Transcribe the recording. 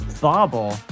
Bobble